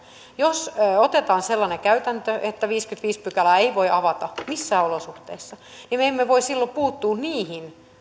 jos otetaan sellainen käytäntö että viidettäkymmenettäviidettä pykälää ei voi avata missään olosuhteissa niin me emme voi silloin puuttua niihin